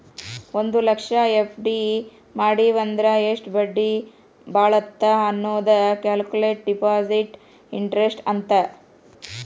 ಒಂದ್ ಲಕ್ಷ ಎಫ್.ಡಿ ಮಡಿವಂದ್ರ ಎಷ್ಟ್ ಬಡ್ಡಿ ಬೇಳತ್ತ ಅನ್ನೋದ ಕ್ಯಾಲ್ಕುಲೆಟ್ ಡೆಪಾಸಿಟ್ ಇಂಟರೆಸ್ಟ್ ಅಂತ